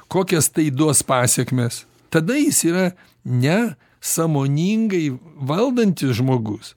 kokias tai duos pasekmes tada jis yra ne sąmoningai valdantis žmogus